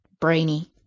brainy